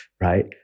right